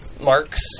marks